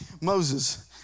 Moses